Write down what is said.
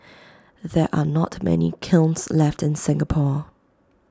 there are not many kilns left in Singapore